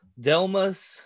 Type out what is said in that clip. Delmas